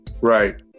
Right